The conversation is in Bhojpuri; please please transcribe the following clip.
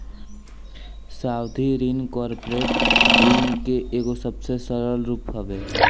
सावधि ऋण कॉर्पोरेट ऋण के एगो सबसे सरल रूप हवे